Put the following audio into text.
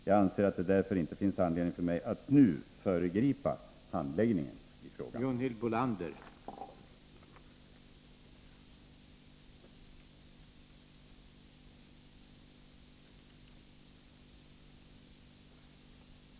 Jag anser att det därför inte finns anledning för mig att nu föregripa handläggningen i frågan.